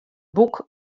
boek